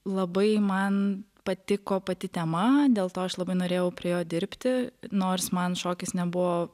labai man patiko pati tema dėl to aš labai norėjau prie jo dirbti nors man šokis nebuvo